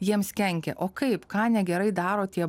jiems kenkia o kaip ką negerai daro tie